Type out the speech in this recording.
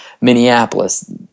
minneapolis